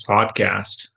Podcast